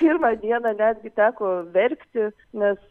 pirmą dieną netgi teko verkti nes